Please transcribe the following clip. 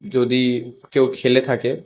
যদি কেউ খেলে থাকে